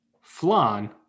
flan